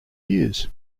years